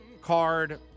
card